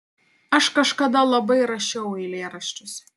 aš kažkada labai rašiau eilėraščius